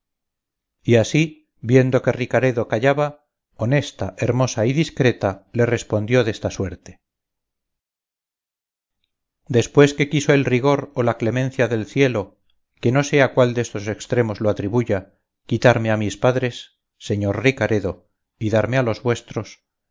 y así viendo que ricaredo callaba honesta hermosa y discreta le respondió desta suerte después que quiso el rigor o la clemencia del cielo que no sé a cuál destos extremos lo atribuya quitarme a mis padres señor ricaredo y darme a los vuestros